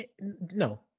No